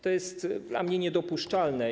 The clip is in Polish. To jest dla mnie niedopuszczalne.